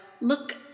look